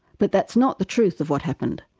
but that's not the truth of what happened,